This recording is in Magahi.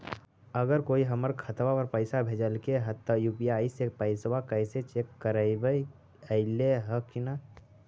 अगर कोइ हमर खाता पर पैसा भेजलके हे त यु.पी.आई से पैसबा कैसे चेक करबइ ऐले हे कि न?